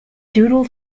doodle